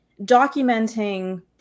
documenting